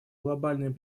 глобальным